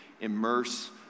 immerse